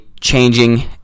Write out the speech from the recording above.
changing